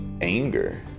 anger